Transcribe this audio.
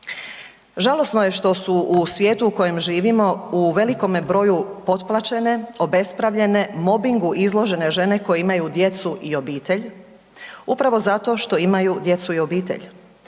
Žalosno je što su u svijetu u kojem živimo u velikome broju potplaćene, obespravljene, mobingu izložene žene koje imaju djecu i obitelj, upravo zato što imaju djecu i obitelj.